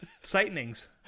sightings